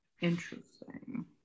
interesting